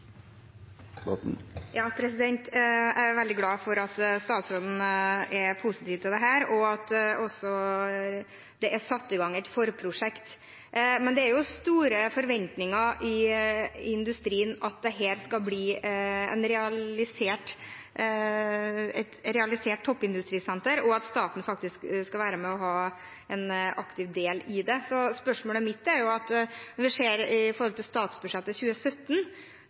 Botten [10:40:09]: Jeg er veldig glad for at statsråden er positiv til dette, og for at det er satt i gang et forprosjekt. Men det er store forventninger i industrien til at dette skal bli et realisert toppindustrisenter, og at staten faktisk skal være med og ha en aktiv del i det. Spørsmålet mitt går på at vi ser at i statsbudsjettet for 2017